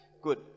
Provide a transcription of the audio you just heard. good